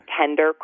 tender